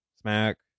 smack